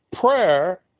Prayer